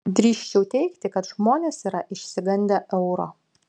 drįsčiau teigti kad žmonės yra išsigandę euro